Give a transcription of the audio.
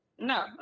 No